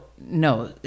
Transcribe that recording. no